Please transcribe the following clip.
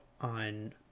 on